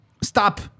Stop